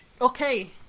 okay